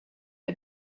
are